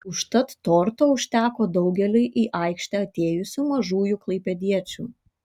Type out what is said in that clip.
užtat torto užteko daugeliui į aikštę atėjusių mažųjų klaipėdiečių